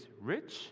rich